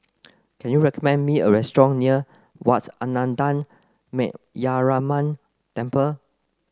can you recommend me a restaurant near Wat Ananda Metyarama Temple